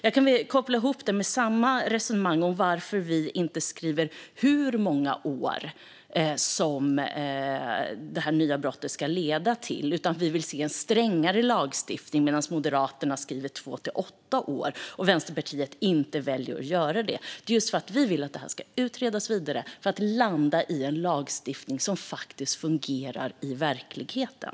Jag kan koppla det till vårt resonemang om att vi vill se ett strängare straff men att vi till skillnad från Moderaterna, som skriver två till åtta år, inte vill skriva hur många år i fängelse detta nya brott ska ge. Vi vill att detta utreds vidare så att det kan landa i en lagstiftning som faktiskt fungerar i verkligheten.